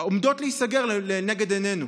עומדות להיסגר לנגד עינינו?